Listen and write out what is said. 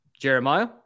Jeremiah